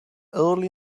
early